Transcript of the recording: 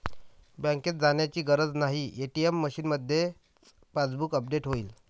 बँकेत जाण्याची गरज नाही, ए.टी.एम मशीनमध्येच पासबुक अपडेट होईल